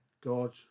God